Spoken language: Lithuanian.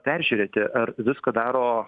peržiūrėti ar viską daro